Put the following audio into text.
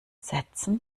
sätzen